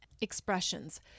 expressions